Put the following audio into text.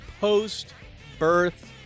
post-birth